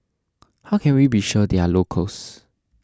how can we be sure they are locals